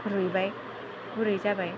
रुइबाय गुरै जाबाय